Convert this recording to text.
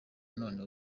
none